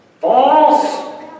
False